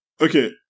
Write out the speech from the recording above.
Okay